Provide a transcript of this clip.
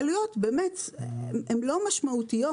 העלויות הן לא משמעותיות.